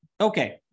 okay